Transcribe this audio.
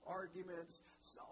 arguments